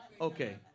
Okay